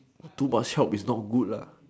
too much help is not good lah